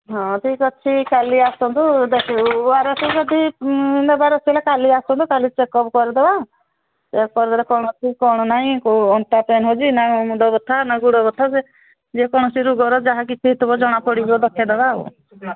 ହଁ ଠିକ୍ ଅଛି କାଲି ଆସନ୍ତୁ ଦେଖୁ ଓ ଆର ଏସ୍ ଯଦି ନବାର ଥିଲା କାଲି ଆସନ୍ତୁ କାଲି ଚେକଅପ୍ କରିଦେବା ଚେକ୍ କରିଦେଲେ କ'ଣ କ'ଣ ନାହିଁ କେଉଁ ଅଣ୍ଟା ପେନ୍ ହେଉଛି ନା ମୁଣ୍ଡବଥା ନା ଗୋଡ଼ ବଥା ସେ ଯେକୌଣସି ରୋଗର ଯାହା କିଛି ହେଇଥିବ ଜଣାପଡ଼ିବ ଦେଖେଇଦେବା ଆଉ